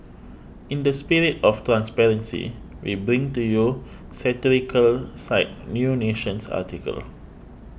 in the spirit of transparency we bring to you satirical site New Nation's article